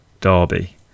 Derby